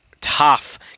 tough